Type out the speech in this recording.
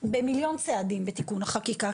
במיליון צעדים בתיקון החקיקה,